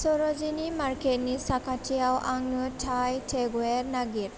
सर'जिनि मार्केटनि साखाथियाव आंनो थाइ टेकवे नागिर